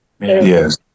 Yes